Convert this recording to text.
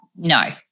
No